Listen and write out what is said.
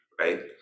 right